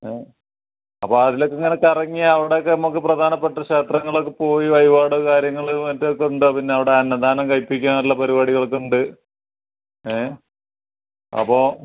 ഏ അപ്പോൾ അതിലൊക്കെ ഇങ്ങനെ കറങ്ങി അവിടെയൊക്കെ നമുക്ക് പ്രധാനപ്പെട്ട ക്ഷേത്രങ്ങളിലൊക്കെ പോയി വഴിപാടോ കാര്യങ്ങൾ മറ്റേ ഒക്കെ ഉണ്ട് പിന്നെ അവിടെ അന്നദാനം കഴിപ്പിക്കാനുള്ള പരിപാടികളൊക്കെ ഉണ്ട് ഏ അപ്പോൾ